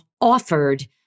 offered